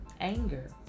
anger